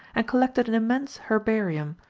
and collected an immense herbarium,